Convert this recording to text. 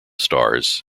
stars